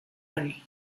hurry